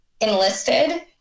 enlisted